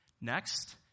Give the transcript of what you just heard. Next